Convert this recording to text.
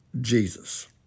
Jesus